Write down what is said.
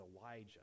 Elijah